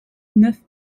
neuf